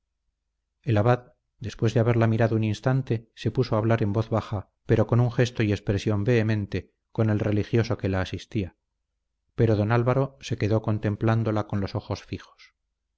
después de haberla mirado un instante se puso a hablar en voz baja pero con un gesto y expresión vehemente con el religioso que la asistía pero don álvaro se quedó contemplándola con los ojos fijos de